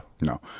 No